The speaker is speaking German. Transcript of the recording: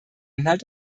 inhalt